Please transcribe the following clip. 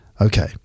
Okay